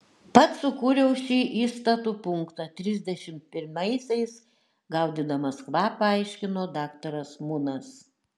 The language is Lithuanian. pats sukūriau šį įstatų punktą trisdešimt pirmaisiais gaudydamas kvapą aiškino daktaras munas